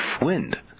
wind